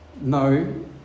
No